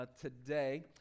today